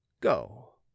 go